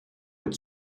mit